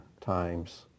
times